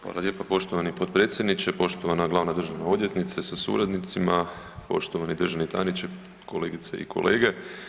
Hvala lijepa poštovani potpredsjedniče, poštovana glavna državna odvjetnice sa suradnicima, poštovani državni tajniče, kolegice i kolege.